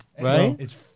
right